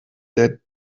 der